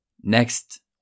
next